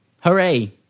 Hooray